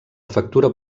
factura